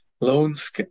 Loans